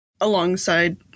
alongside